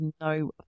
no